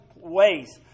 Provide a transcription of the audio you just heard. ways